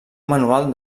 manual